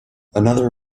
another